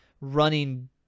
running